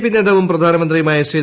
P നേതാവും പ്രധാനമന്ത്രിയുമായ ശ്രീ